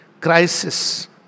crisis